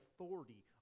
authority